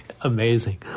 Amazing